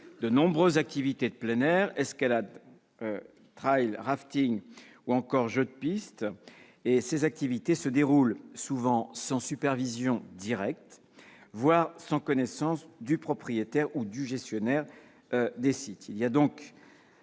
de nombreuses activités de plein air : escalade, trail, rafting, jeux de piste, etc. Ces activités se déroulent souvent sans supervision directe, voire sans connaissance du propriétaire ou du gestionnaire des sites. Il y a donc